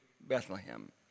Bethlehem